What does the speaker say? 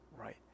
right